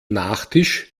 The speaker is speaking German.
nachtisch